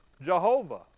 Jehovah